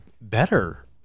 better